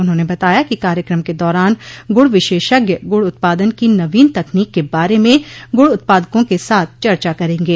उन्होंने बताया कि कार्यक्रम के दौरान गुड़ विशेषज्ञ गुड़ उत्पादन की नवीन तकनीक के बारे में गुड़ उत्पादकों के साथ चर्चा करेंगे